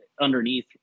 underneath